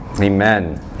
Amen